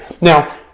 Now